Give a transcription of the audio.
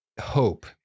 hope